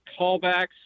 callbacks